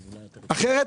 אחרת,